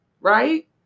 Right